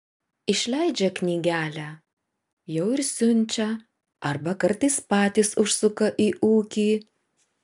išleidžia knygelę jau ir siunčia arba kartais patys užsuka į ūkį